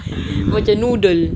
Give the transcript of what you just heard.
macam noodle